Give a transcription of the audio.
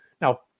Now